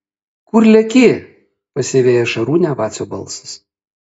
kur leki pasiveja šarūnę vacio balsas